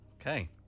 Okay